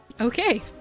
Okay